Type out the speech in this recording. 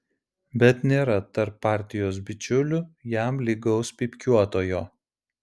bet nėra tarp partijos bičiulių jam lygaus pypkiuotojo